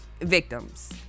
victims